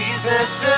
Jesus